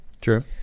true